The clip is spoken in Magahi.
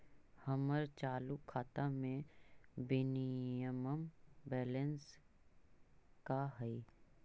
हमर चालू खाता के मिनिमम बैलेंस का हई?